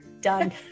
Done